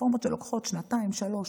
רפורמות לוקחות שנתיים-שלוש.